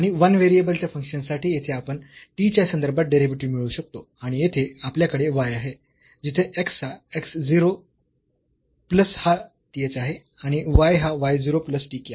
आणि 1 व्हेरिएबल च्या फंक्शन साठी येथे आपण t च्या संदर्भात डेरिव्हेटिव्ह मिळवू शकतो आणि येथे आपल्याकडे y आहे जिथे x हा x 0 प्लस हा th आहे आणि y हा y 0 प्लस tk आहे